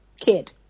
kid